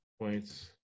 Points